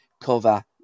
cover